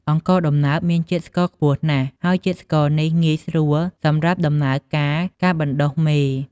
អង្ករដំណើបមានជាតិស្ករខ្ពស់ណាស់ ហើយជាតិស្ករនេះងាយស្រួលសម្រាប់ដំណើរការ ការបណ្ដុះមេ។